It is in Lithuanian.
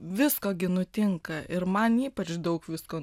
visko gi nutinka ir man ypač daug visko